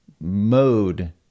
mode